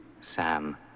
Sam